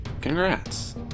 congrats